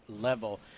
level